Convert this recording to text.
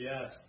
yes